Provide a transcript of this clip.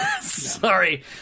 Sorry